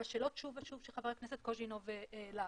בשאלות שוב ושוב שחבר הכנסת קוז'ינוב העלה.